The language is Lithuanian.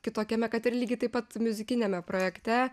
kitokiame kad ir lygiai taip pat miuzikiniame projekte